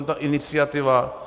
Tato iniciativa?